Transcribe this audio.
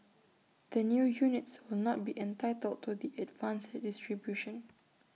the new units will not be entitled to the advanced distribution